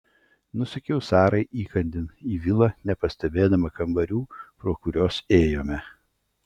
nusekiau sarai įkandin į vilą nepastebėdama kambarių pro kuriuos ėjome